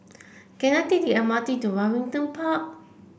can I take the M R T to Waringin Park